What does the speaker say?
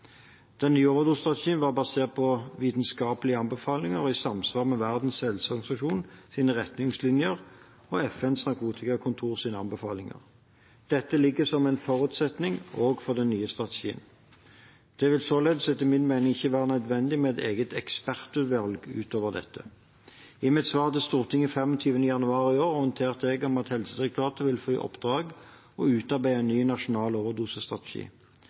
var basert på vitenskapelige anbefalinger og i samsvar med WHOs retningslinjer og FNs narkotikakontors anbefalinger. Dette ligger som en forutsetning også for den nye strategien. Det vil således etter min mening ikke være nødvendig med et eget ekspertutvalg utover dette. I mitt svar til Stortinget 25. januar i år orienterte jeg om at Helsedirektoratet vil få i oppdrag å utarbeide en ny nasjonal